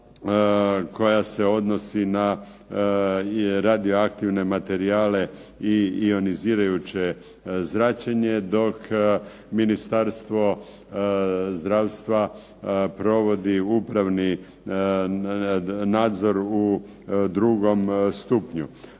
koja se odnosi na radioaktivne materijale i ionizirajuće zračenje, dok Ministarstvo zdravstva provodi upravni nadzor u drugom stupnju.